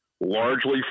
largely